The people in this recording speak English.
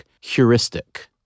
heuristic